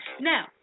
now